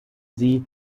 sie